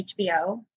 HBO